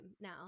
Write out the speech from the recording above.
now